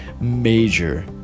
major